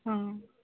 ହଁ